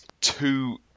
two